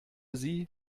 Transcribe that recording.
sie